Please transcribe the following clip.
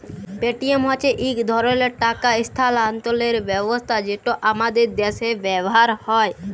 Paytm হছে ইক ধরলের টাকা ইস্থালাল্তরের ব্যবস্থা যেট আমাদের দ্যাশে ব্যাভার হ্যয়